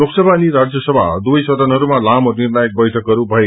लोकसभा अनि राज्यसभा दुवै सदनहरूमा लामो निर्णायक बैठकहरू भए